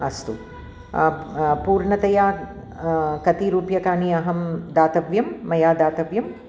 अस्तु पूर्णतया कति रूप्यकाणि अहं दातव्यं मया दातव्यं